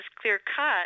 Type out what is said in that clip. clear-cut